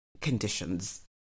conditions